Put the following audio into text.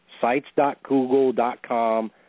sites.google.com